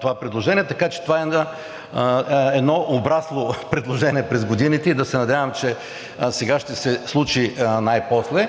това предложение, така че това е едно обрасло предложение през годините и да се надявам, че сега ще се случи най-после.